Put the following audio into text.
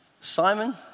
Simon